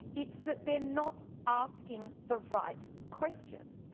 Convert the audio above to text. it's that they're not asking the right question.